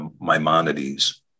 Maimonides